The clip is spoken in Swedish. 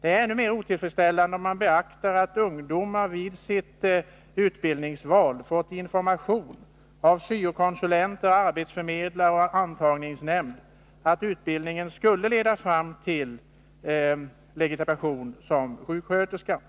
Det är ännu mer otillfredsställande om man beaktar att ungdomar vid sitt utbildningsval fått information av syo-konsulenter, arbetsförmedlare och antagningsnämnd om att utbildningen skulle leda fram till legitimation som sjuksköterska.